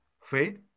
faith